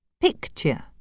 Picture